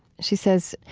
she says,